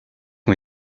ont